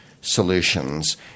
solutions